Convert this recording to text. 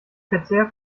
verzehr